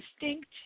distinct